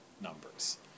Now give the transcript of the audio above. numbers